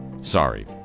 sorry